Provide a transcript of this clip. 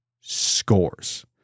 scores